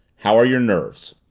how are your nerves?